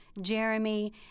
Jeremy